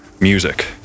music